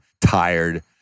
tired